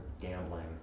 gambling